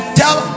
tell